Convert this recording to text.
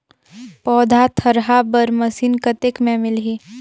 पौधा थरहा बर मशीन कतेक मे मिलही?